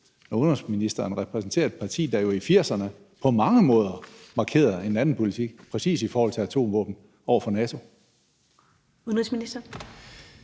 når udenrigsministeren ovenikøbet repræsenterer et parti, der i 1980'erne på mange måder markerede en anden politik præcis i forhold til atomvåben over for NATO? Kl. 14:56 Første